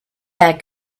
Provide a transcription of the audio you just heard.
that